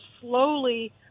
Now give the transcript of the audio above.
slowly